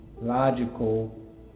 logical